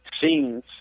scenes